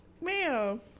ma'am